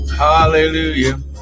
Hallelujah